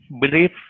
belief